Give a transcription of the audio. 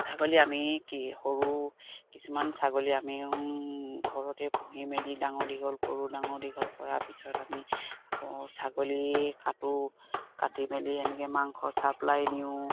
ছাগলী আমি কি সৰু কিছুমান ছাগলী আমি ঘৰতে পুহি মেলি ডাঙৰ দীঘল কৰোঁ ডাঙৰ দীঘল কৰাৰ পিছত আমি আকৌ ছাগলী কটো কাটি মেলি সেনেকৈ মাংস চাপ্লাই দিওঁ